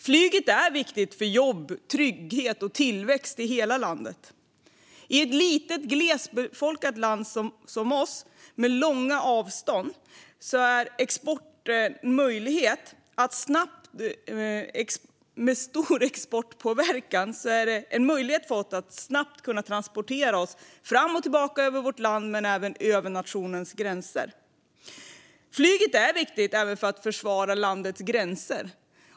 Flyget är viktigt för jobb, trygghet och tillväxt i hela landet. I ett litet, glesbefolkat land som vårt, med långa avstånd och stor export, ger det en möjlighet för oss att snabbt transportera oss fram och tillbaka över vårt land men även över nationens gränser. Flyget är viktigt även för att försvara landets gränser.